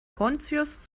pontius